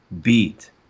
beat